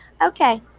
Okay